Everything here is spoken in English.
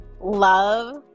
love